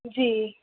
جی